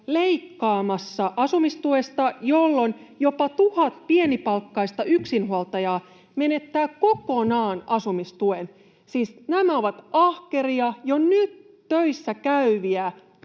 leikkaamassa asumistuesta, jolloin jopa tuhat pienipalkkaista yksinhuoltajaa menettää kokonaan asumistuen. Siis nämä ovat ahkeria, jo nyt töissä käyviä